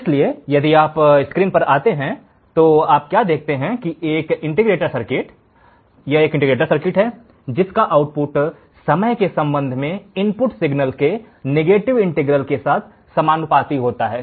इसलिए यदि आप स्क्रीन पर आते हैं तो आप क्या देखते हैं कि यह एक इंटीग्रेटर सर्किट है जिसका आउटपुट समय के संबंध में इनपुट सिग्नल के नीगेटिव इंटीग्रल के साथ समानुपाती होता है